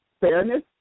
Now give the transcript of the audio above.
fairness